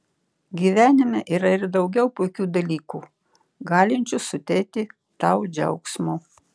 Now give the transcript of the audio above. gyvenime yra ir daugiau puikių dalykų galinčių suteikti tau džiaugsmo